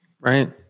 right